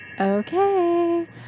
Okay